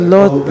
Lord